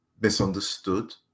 misunderstood